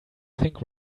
think